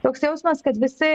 toks jausmas kad visi